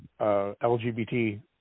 LGBT